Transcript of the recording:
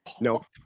no